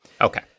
Okay